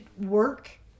work